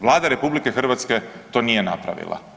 Vlada RH to nije napravila.